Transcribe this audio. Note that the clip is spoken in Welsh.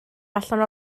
allan